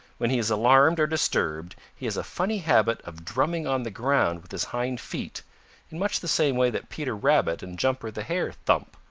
when he is alarmed or disturbed, he has a funny habit of drumming on the ground with his hind feet in much the same way that peter rabbit and jumper the hare thump,